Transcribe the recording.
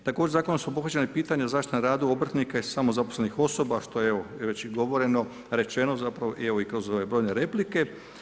Također zakonom su obuhvaćena i pitanja zaštite na radu obrtnika i samozaposlenih osoba što je evo već i govoreno, rečeno zapravo i kroz ove brojne replike.